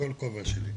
בכל כובע שלי.